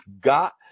got